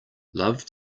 love